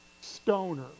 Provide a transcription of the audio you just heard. Stoner